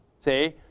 See